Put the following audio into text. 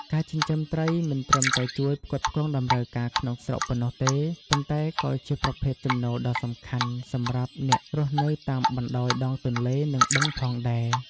ការចិញ្ចឹមត្រីមិនត្រឹមតែជួយផ្គត់ផ្គង់តម្រូវការក្នុងស្រុកប៉ុណ្ណោះទេ ប៉ុន្តែក៏ជាប្រភពចំណូលដ៏សំខាន់សម្រាប់អ្នករស់នៅតាមបណ្ដោយដងទន្លេ និងបឹងផងដែរ។